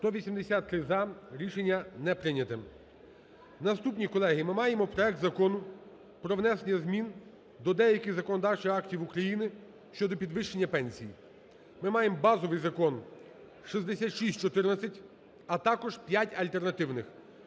За-183 Рішення не прийняте. Наступний, колеги, ми маємо проект Закону про внесення змін до деяких законодавчих актів України щодо підвищення пенсій. Ми маємо базовий закон 6614, а також п'ять альтернативних: